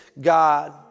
God